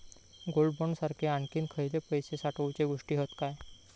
Gold bond सारखे आणखी खयले पैशे साठवूचे गोष्टी हत काय?